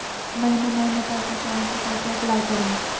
महीने महीने पैसा चाही, तो कैसे अप्लाई करिए?